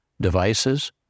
devices